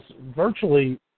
virtually